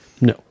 No